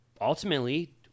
ultimately